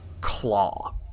claw